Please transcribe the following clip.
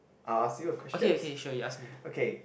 I'll ask you a questions okay